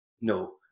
no